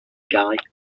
guy